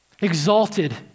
exalted